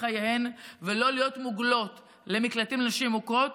חייהן ולא להיות מוגלות למקלטים לנשים מוכות,